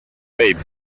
babe